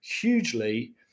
hugely